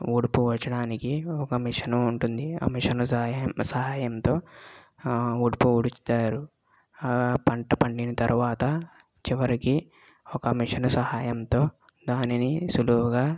ఊడ్పు ఊడ్చడానికి ఒక మిషన్ ఉంటుంది ఆ మిషన్ సహాయముతో ఊడ్పు ఊడ్చుతారు ఆ పంట పండిన తరువాత చివరికి ఒక మిషన్ సహాయంతో దానిని సులువుగా